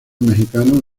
mexicano